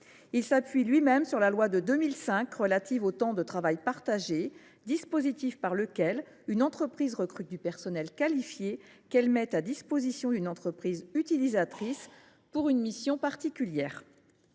Il s’appuie lui même sur la loi de 2005 en faveur des petites et moyennes entreprises, dispositif par lequel une entreprise recrute du personnel qualifié, qu’elle met à disposition d’une entreprise utilisatrice pour une mission particulière.